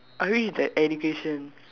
I wish that education